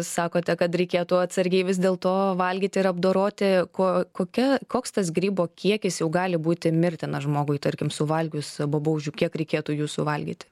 sakote kad reikėtų atsargiai vis dėlto valgyti ir apdoroti ko kokia koks tas grybo kiekis jau gali būti mirtinas žmogui tarkim suvalgius babaužių kiek reikėtų jų suvalgyti